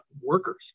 workers